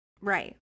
right